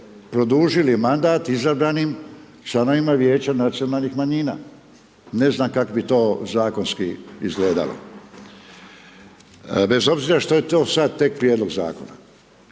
produžili mandat izabranim članovima vijeća nacionalnih manjina. Ne znam kako bi to zakonski izgledalo, bez obzira što je to sad tek prijedlog zakona.